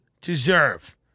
deserve